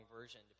version